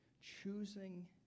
choosing